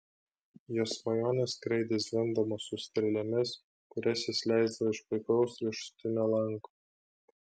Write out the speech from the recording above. jo svajonės skraidė zvimbdamos su strėlėmis kurias jis leisdavo iš puikaus riešutinio lanko